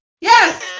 Yes